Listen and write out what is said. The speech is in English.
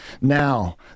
now